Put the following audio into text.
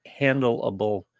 handleable